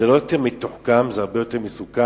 זה לא יותר מתוחכם, זה הרבה יותר מסוכן,